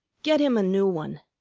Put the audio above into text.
get him a new one.